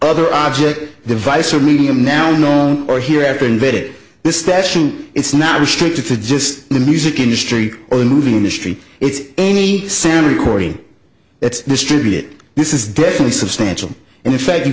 other object device or medium now known or here after invaded this statute it's not restricted to just the music industry or movie industry it's any sound recording it's distributed this is fairly substantial and in fact you